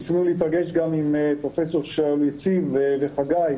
ניסינו להיפגש גם פרופ' שאול יציב וחגי,